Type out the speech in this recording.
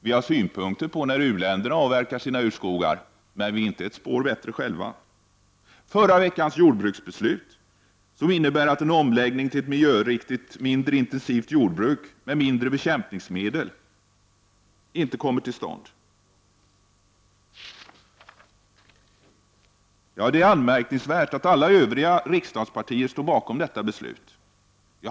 Vi har synpunkter på att u-länderna avverkar sina urskogar, men vi är inte ett spår bättre själva. — Förra veckans jordbruksbeslut innebär att en omläggning till ett miljöriktigt mindre intensivt jordbruk med mindre mängder bekämpningsmedel inte kommer till stånd. Det är anmärkningsvärt att alla övriga riksdagspartier står bakom detta beslut.